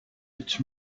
its